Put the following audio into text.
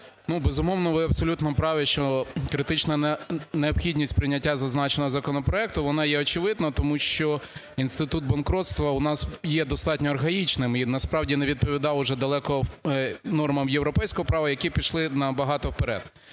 безумовно, ви абсолютно праві, що критична необхідність прийняття зазначеного законопроекту, вона є очевидна. Тому що інститут банкрутства у нас є достатньо архаїчним і насправді не відповідав вже далеко нормам європейського права, які пішли набагато вперед.